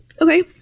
Okay